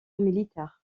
militaire